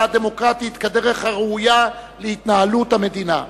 הדמוקרטית כדרך הראויה להתנהלות המדינה.